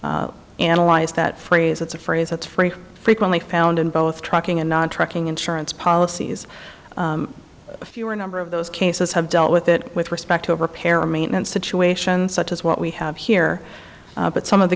analyzed that phrase it's a phrase that's very frequently found in both trucking and trucking insurance policies fewer number of those cases have dealt with it with respect to repair or maintenance situations such as what we have here but some of the